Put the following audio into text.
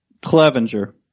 Clevenger